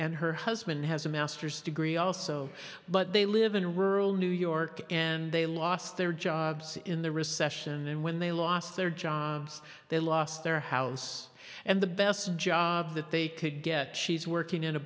and her husband has a master's degree also but they live in rural new york and they lost their jobs in the recession and when they lost their jobs they lost their house and the best job that they could get she's working